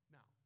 Now